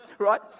Right